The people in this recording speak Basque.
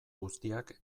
guztiak